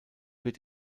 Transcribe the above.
wird